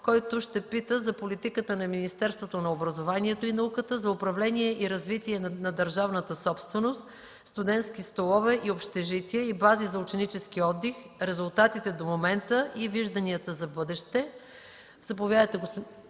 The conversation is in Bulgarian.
който ще пита за политиката на Министерството на образованието и науката за управление и развитие на държавната собственост „Студентски столове и общежития” и бази за ученически отдих”, резултатите до момента и вижданията за в бъдеще.